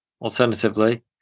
alternatively